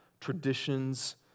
traditions